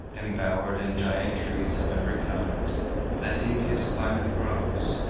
enbowered in giant trees of every kind that india's climate grows,